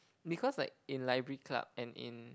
because like in library club and in